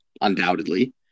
undoubtedly